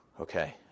Okay